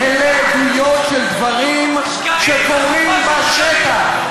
אלה עדויות על דברים שקורים בשטח.